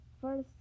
First